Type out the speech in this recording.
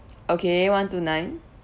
okay one two nine